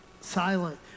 Silent